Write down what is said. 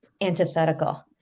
antithetical